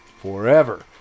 forever